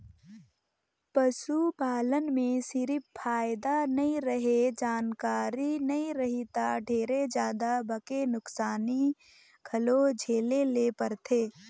पसू पालन में सिरिफ फायदा नइ रहें, जानकारी नइ रही त ढेरे जादा बके नुकसानी घलो झेले ले परथे